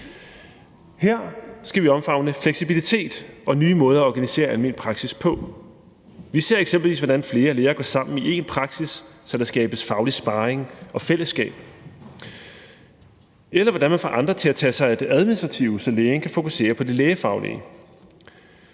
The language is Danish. her skal vi omfavne fleksibilitet og nye måder at organisere almen praksis på. Vi ser eksempelvis, hvordan flere læger går sammen i én praksis, så der skabes faglig sparring og fællesskab, eller hvordan man får andre til at tage sig af det administrative, så lægen kan fokusere på det lægefaglige.